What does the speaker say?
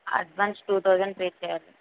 advance two thousand పే చేయాలి